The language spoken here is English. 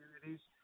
communities